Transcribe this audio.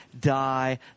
die